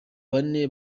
bane